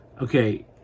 okay